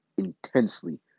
Intensely